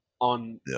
on